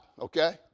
okay